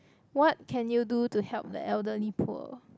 what can you do to help the elderly poor